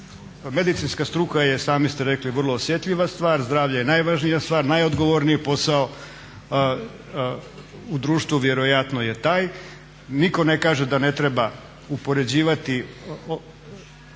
Medicinska struka je, sami ste rekli, vrlo osjetljiva stvar, zdravlje je najvažnija stvar, najodgovorniji posao u društvu vjerojatno je taj. Nitko ne kaže da ne treba uspoređivati